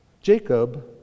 Jacob